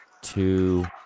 two